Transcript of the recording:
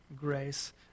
grace